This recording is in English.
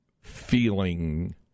feeling